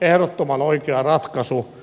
ehdottoman oikea ratkaisu